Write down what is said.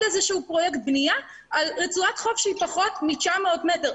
איזשהו פרויקט בנייה על רצועת חוף שהיא פחות מ-900 מטרים.